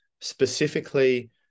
specifically